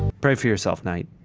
pray for yourself, knight.